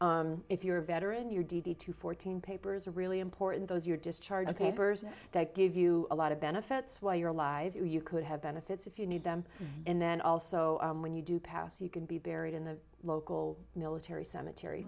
of if you're a veteran your d d two fourteen papers are really important those your discharge papers that give you a lot of benefits while you're alive you could have benefits if you need them and then also when you do pass you could be buried in the local military cemetery